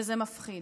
וזה מפחיד.